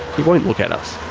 he won't look at us.